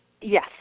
Yes